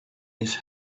his